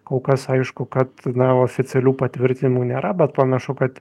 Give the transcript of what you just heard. kol kas aišku kad na oficialių patvirtinimų nėra bet panašu kad